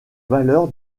valeur